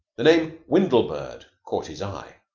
the name windlebird caught his eye.